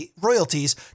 royalties